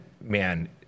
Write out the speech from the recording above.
man